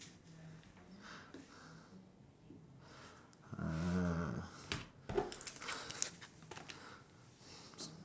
ah